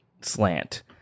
slant